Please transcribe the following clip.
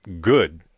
good